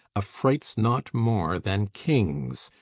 affrights not more than kings,